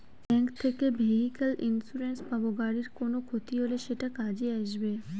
bank থেকে vehicle insurance পাব গাড়ির কোনো ক্ষতি হলে সেটা কাজে আসবে